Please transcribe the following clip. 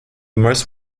most